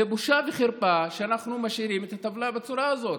זאת בושה וחרפה שאנחנו משאירים את הטבלה בצורה הזאת.